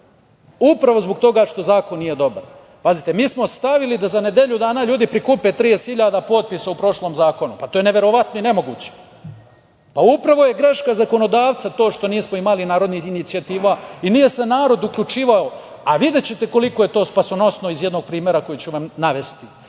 upravo zbog toga što zakon nije dobar. Pazite, mi smo stavili da za nedelju dana ljudi prikupe 30 hiljada potpisa u prošlom zakonu. To je neverovatno i nemoguće. Upravo je greška zakonodavca to što nismo imali narodnih inicijativa i nije se narod uključivao, a videćete koliko je to spasonosno iz jednog primera koji ću vam navesti